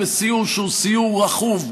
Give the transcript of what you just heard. בסיור שהוא סיור רכוב,